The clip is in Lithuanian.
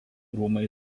rūmai